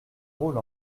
rôle